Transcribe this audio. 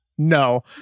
No